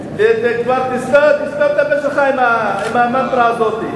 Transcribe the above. תסתום את הפה שלך עם המנטרה הזאת.